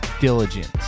diligence